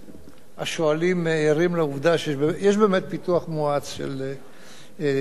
מואץ של תשתיות במסגרת תוכנית "נתיבי ישראל".